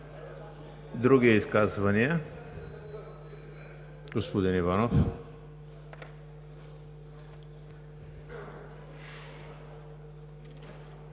Други изказвания? Господин Иванов.